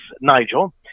Nigel